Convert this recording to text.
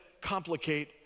complicate